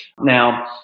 Now